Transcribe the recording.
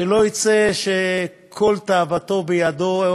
שלא יצא עם כל תאוותו בידו,